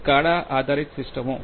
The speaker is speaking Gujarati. સ્કાડા આધારિત સિસ્ટમો